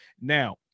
Now